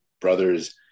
brothers